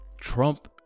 Trump